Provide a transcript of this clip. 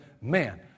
man